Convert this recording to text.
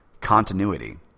continuity